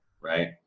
right